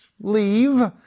leave